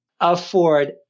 Afford